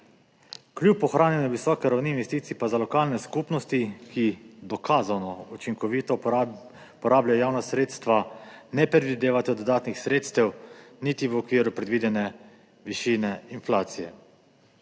Kljub ohranjanju visoke ravni investicij, pa za lokalne skupnosti, ki dokazano učinkovito uporabljajo javna sredstva, ne predvidevajo dodatnih sredstev niti v okviru predvidene višine inflacije.